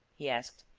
he asked,